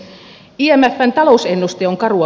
mie näen talousennuste on karua